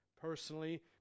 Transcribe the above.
personally